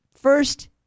first